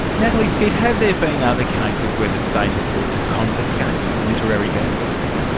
natalie skead, have there been other cases where the state has sought to confiscate literary benefits?